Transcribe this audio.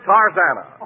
Tarzana